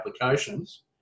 applications